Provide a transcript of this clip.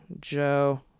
Joe